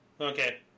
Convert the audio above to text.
Okay